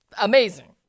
amazing